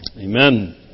amen